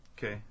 Okay